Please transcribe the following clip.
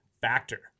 Factor